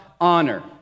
honor